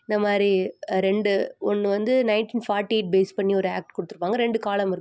இந்த மாதிரி ரெண்டு ஒன்று வந்து நயன்ட்டின் ஃபார்ட்டி எயிட் பேஸ் பண்ணி ஒரு ஆக்ட் கொடுத்துருப்பாங்க ரெண்டு காலம் இருக்கும்